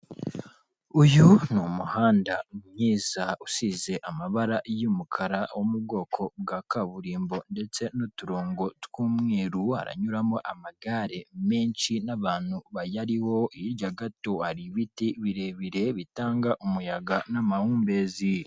Uyu ni umuhanda mwiza usize amabara y'umukara, wo mu bwoko bwa kaburimbo, ndetse n'uturongo tw'umweru, haranyuramo amagare menshi n'abantu bayariho, hirya gato hari ibiti birebire bitanga umuyaga n'amahumbezi.